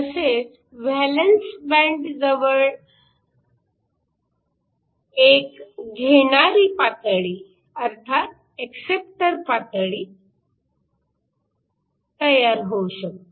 तसेच व्हॅलन्स बँडजवळ एक 'घेणारी पातळी' अर्थात एक्सेप्टर पातळी तयार होऊ शकते